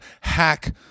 hack